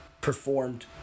performed